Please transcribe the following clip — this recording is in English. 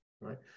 right